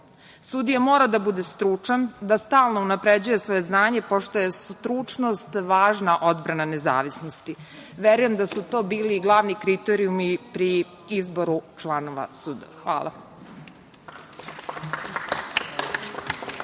Sudija mora da bude stručan, da stalno unapređuje svoje znanje, poštuje stručnost, važna je odbrana nezavisnosti. Verujem da su to bili glavni kriterijumi pri izboru članova sudova. Hvala